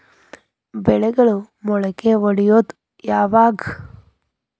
ಬೆಳೆಗಳು ಮೊಳಕೆ ಒಡಿಯೋದ್ ಯಾವಾಗ್?